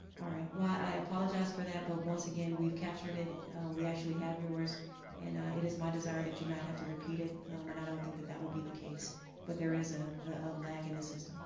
all right well i apologize for that but once again we've captured it we actually have yours and it is my desire that you not have to repeat it and i don't think that that would be the case but there is a lag in the system